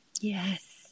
Yes